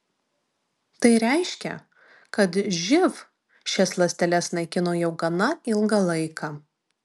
tai reiškia kad živ šias ląsteles naikino jau gana ilgą laiką